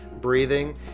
breathing